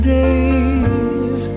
days